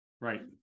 Right